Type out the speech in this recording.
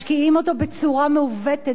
משקיעים אותו בצורה מעוותת.